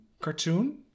cartoon